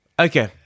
Okay